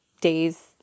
days